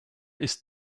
ist